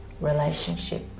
relationship